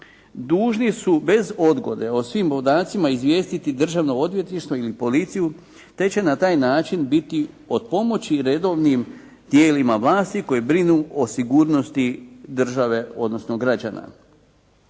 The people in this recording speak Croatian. dužni su bez odgode o svim podacima izvijestiti državno odvjetništvo ili policiju, te će na taj način biti od pomoći redovnim tijelima vlasti koji brinu o sigurnosti države, odnosno građana.